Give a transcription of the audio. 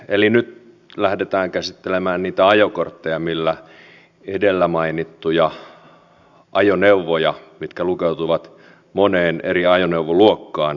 eli nyt lähdetään käsittelemään niitä ajokortteja millä edellä mainittuja ajoneuvoja mitkä lukeutuvat moneen eri ajoneuvoluokkaan saa ajaa